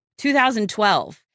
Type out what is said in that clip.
2012